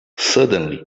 suddenly